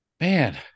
man